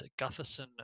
Gutherson